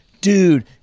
dude